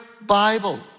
Bible